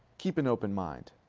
keep an open mind.